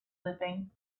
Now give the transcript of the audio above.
living